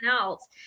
else